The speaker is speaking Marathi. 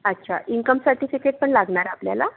अच्छा इन्कम सर्टीफिकेट पण लागणार आपल्याला